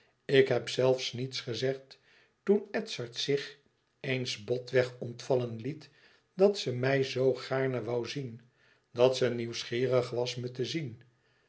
ik heb zelfs niets gezegd toen edzard zich eens botweg ontvallen liet dat ze mij zoo gaarne woû zien dat ze nieuwsgierig was me te zien